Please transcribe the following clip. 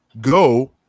go –